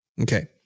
Okay